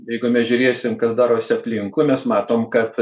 jeigu mes žiūrėsim kas darosi aplinkui mes matom kad